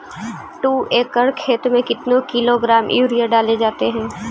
दू एकड़ खेत में कितने किलोग्राम यूरिया डाले जाते हैं?